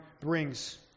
brings